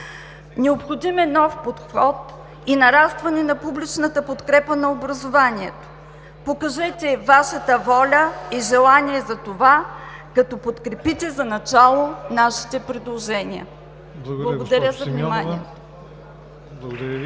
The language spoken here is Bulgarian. Необходим е нов подход и нарастване на публичната подкрепа на образованието. Покажете Вашата воля и желание за това като подкрепите за начало нашите предложения. Благодаря за вниманието.